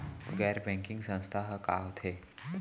गैर बैंकिंग संस्था ह का होथे?